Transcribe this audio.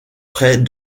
près